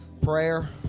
prayer